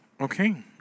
okay